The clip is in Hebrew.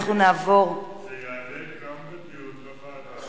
זה יעלה גם בדיון בוועדה.